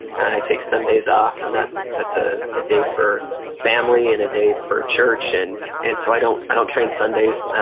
i take sundays off and that's that's ah a day for family and a day for church and and so i don't i don't train sundays.